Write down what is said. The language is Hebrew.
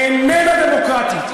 אנחנו לא מחויבים, איננה דמוקרטית.